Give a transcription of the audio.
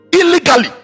Illegally